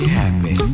happy